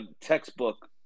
textbook